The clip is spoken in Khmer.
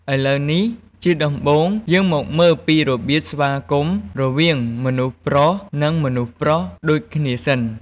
ឥឡូវនេះ ជាដំបូង យើងមកមើលពីរបៀបស្វាគមន៍រវាងមនុស្សប្រុស និង មនុស្សប្រុសដូចគ្នាសិន។